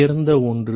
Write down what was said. உயர்ந்த ஒன்று